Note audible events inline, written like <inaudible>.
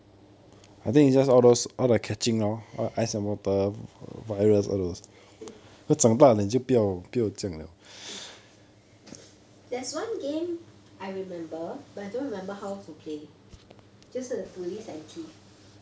<laughs> there's one game I remember but I don't remember how to play 就是 police and thief